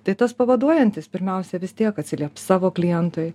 tai tas pavaduojantis pirmiausia vis tiek atsilieps savo klientui